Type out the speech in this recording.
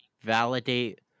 validate